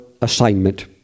assignment